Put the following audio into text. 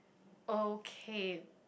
okay